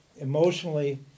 emotionally